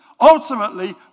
ultimately